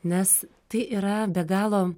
nes tai yra be galo